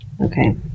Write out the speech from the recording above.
Okay